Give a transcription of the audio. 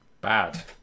bad